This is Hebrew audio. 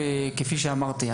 כפי שאמרתי,